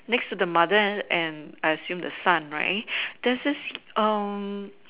next to the mother and I assume the son right there's this um